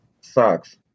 socks